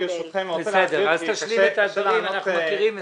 אז תשלים את הדברים, אנחנו מכירים את זה.